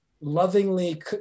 lovingly